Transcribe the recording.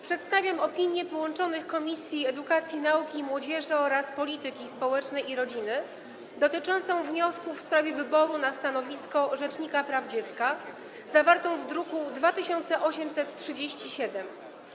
Przedstawiam opinię połączonych Komisji Edukacji, Nauki i Młodzieży oraz Komisji Polityki Społecznej i Rodziny dotyczącą wniosków w sprawie wyboru na stanowisko rzecznika praw dziecka, zawartą w druku nr 2837.